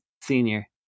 senior